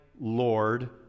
Lord